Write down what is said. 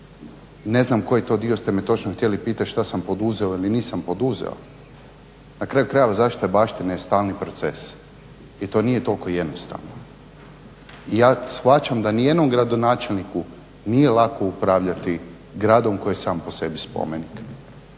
Ne znam koji to dio ste me točno htjeli pitati što sam poduzeo ili nisam poduzeo, na kraju krajeva zaštita baštine je stalni proces i to nije toliko jednostavno. I ja shvaćam da ni jednom gradonačelniku nije lako upravljati gradom koji je sam po sebi spomenik.